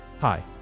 Hi